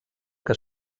que